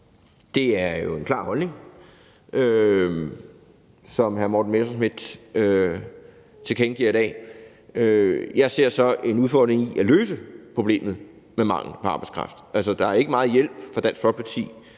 Det er jo en klar holdning, som hr. Morten Messerschmidt tilkendegiver i dag. Jeg ser så en udfordring i at løse problemet med mangel på arbejdskraft. Altså, der er ikke meget hjælp fra Dansk Folkeparti,